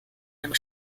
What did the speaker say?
einem